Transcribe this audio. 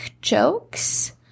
jokes